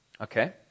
Okay